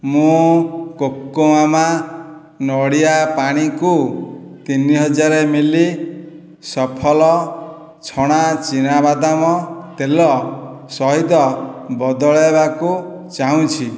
ମୁଁ କୋକୋମାମା ନଡ଼ିଆ ପାଣି କୁ ତିନି ହଜାରେ ମି ଲି ସଫଲ ଛଣା ଚିନାବାଦାମ ତେଲ ସହିତ ବଦଳାଇବାକୁ ଚାହୁଁଛି